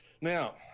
Now